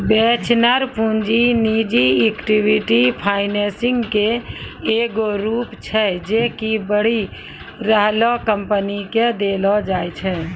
venture पूंजी निजी equity financing के एगो रूप छै जे कि बढ़ि रहलो कंपनी के देलो जाय छै